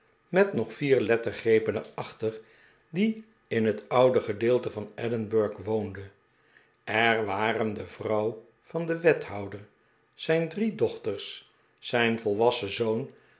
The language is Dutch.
met nog vier lettergrepen er achter die in het oude gedeelte van edinburg woonde er waren de vrouw van den wethouder zijn drie dochters zijn volwassen zpon